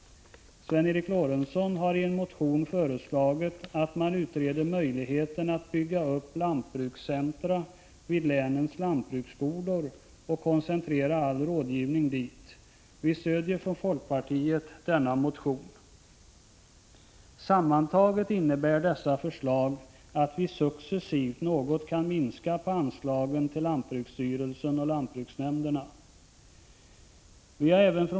Sven Eric Lorentzon har i en motion föreslagit att man skall utreda möjligheterna att bygga upp lantbrukscentra vid länens lantbruksskolor och koncentrera all rådgivning dit. Folkpartiet stöder denna motion. Sammantaget innebär dessa förslag att vi successivt något kan minska på anslagen till lantbruksstyrelsen och lantbruksnämnderna.